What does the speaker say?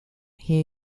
hear